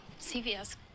CVS